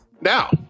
now